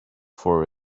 for